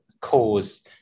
cause